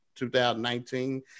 2019